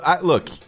look